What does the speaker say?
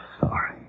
sorry